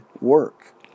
work